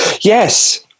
Yes